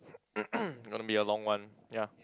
gonna be a long one ya